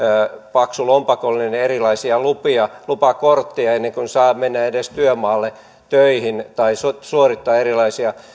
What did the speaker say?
paksu lompakollinen erilaisia lupakortteja ennen kuin saa mennä edes työmaalle töihin tai suorittaa erilaisia